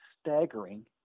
staggering